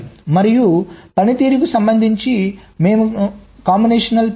మరియు పనితీరుకు సంబంధించి మేము కలయిక మార్గంలోcombination path